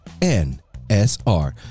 N-S-R